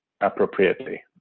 appropriately